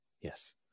Yes